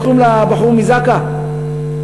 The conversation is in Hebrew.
איך קוראים לבחור מזק"א?